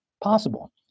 possible